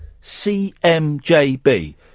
C-M-J-B